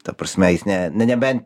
ta prasme jis ne na nebent